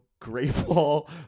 grateful